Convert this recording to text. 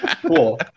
Cool